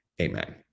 Amen